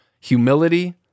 Humility